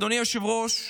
אדוני היושב-ראש,